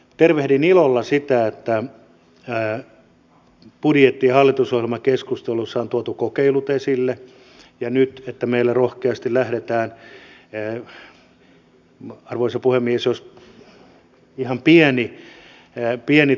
tervehdin ilolla sitä että budjetti ja hallitusohjelmakeskustelussa on tuotu kokeilut esille ja että meillä nyt rohkeasti lähdetään arvoisa puhemies jos ihan pieni